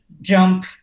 jump